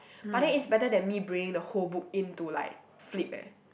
but then it's better than me bringing the whole book in to like flip eh